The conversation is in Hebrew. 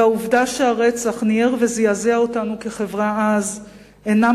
והעובדה שהרצח ניער וזעזע אותנו כחברה אז אינה